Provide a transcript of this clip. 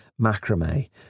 macrame